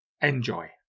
Enjoy